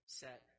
set